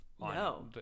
No